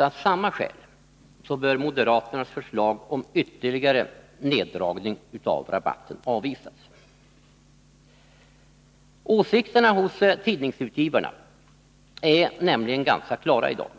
Av samma skäl bör moderaternas förslag om ytterligare neddragning av rabatten avvisas. Åsikterna hos tidningsutgivarna är nämligen ganska klara i dag.